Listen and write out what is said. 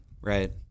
Right